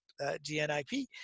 gnip